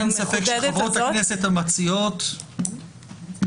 אין ספק שחברות הכנסת המציעות הטילו